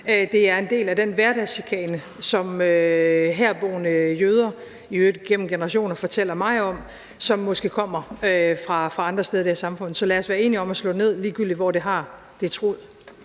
den er en del af den hverdagschikane, som herboende jøder – i øvrigt gennem generationer – fortæller mig om, som måske kommer fra andre steder i det her samfund. Så lad os være enige om at slå ned, ligegyldigt hvor den har sin rod.